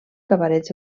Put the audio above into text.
cabarets